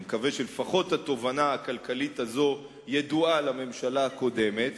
אני מקווה שלפחות התובנה הכלכלית הזאת ידועה לממשלה הקודמת,